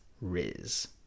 riz